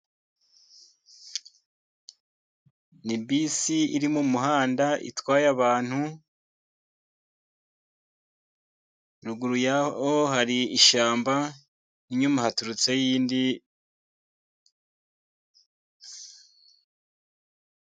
Ni bisi iri mu muhanda itwaye abantu, ruguru yayo hari ishyamba, n' inyuma haturutseyo indi.